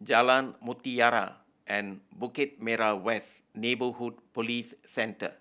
Jalan Mutiara and Bukit Merah West Neighbourhood Police Centre